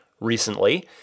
recently